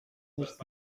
nicht